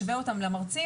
נשווה אותם למרצים,